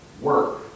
Work